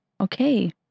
okay